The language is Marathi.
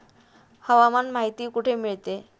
हवामान माहिती कुठे मिळते?